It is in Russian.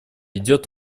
идет